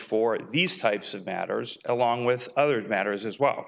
for these types of matters along with other matters as well